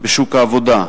בשוק העבודה.